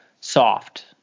soft